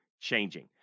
changing